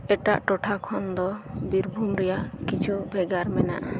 ᱮᱴᱟᱜ ᱴᱚᱴᱷᱟ ᱠᱷᱚᱱ ᱫᱚ ᱵᱤᱨᱵᱷᱩᱢ ᱨᱮᱭᱟᱜ ᱠᱤᱪᱷᱩ ᱵᱷᱮᱜᱟᱨ ᱢᱮᱱᱟᱜᱼᱟ